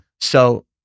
So-